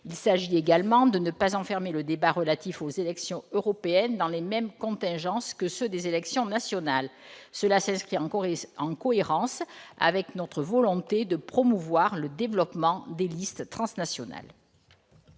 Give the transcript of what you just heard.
Il s'agit également de ne pas assujettir le débat relatif aux élections européennes aux mêmes contingences que les campagnes des élections nationales, en cohérence avec notre volonté de promouvoir le développement de listes transnationales.